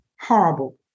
horrible